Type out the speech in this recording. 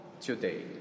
today